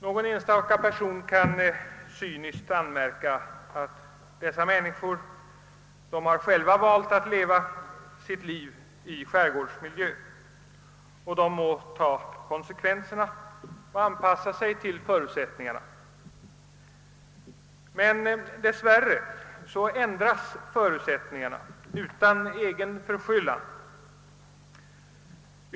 Någon enstaka person kan cyniskt anmärka att dessa människor själva har valt att leva sitt liv i skärgårdsmiljö. De må ta konsekvenserna och anpassa sig till förutsättningarna. Men dessvärre ändras förutsättningarna utan individens egen förskyllan.